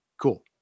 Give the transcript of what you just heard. Cool